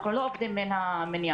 אנחנו לא עובדים מן המניין.